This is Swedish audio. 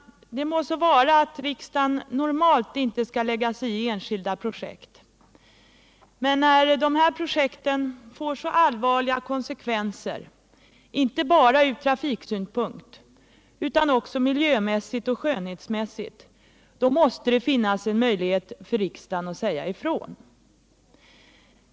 Det må så vara att riksdagen normalt inte skall lägga sig i enskilda projekt, men när dessa projekt får så allvarliga konsekvenser — inte bara ur trafiksynpunkt utan också miljömässigt och skönhetsmässigt — då måste det finnas en möjlighet för riksdagen att säga ifrån.